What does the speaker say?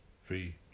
free